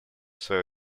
свое